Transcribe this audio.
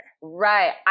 Right